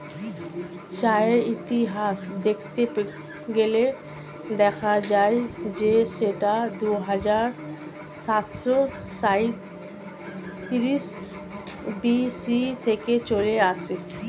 চায়ের ইতিহাস দেখতে গেলে দেখা যায় যে সেটা দুহাজার সাতশো সাঁইত্রিশ বি.সি থেকে চলে আসছে